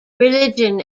religion